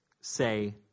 say